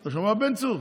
אתה שומע, בן צור?